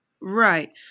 Right